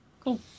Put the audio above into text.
Cool